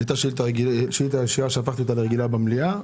היתה שאילתא שהפכתי אותה לרגילה במליאה.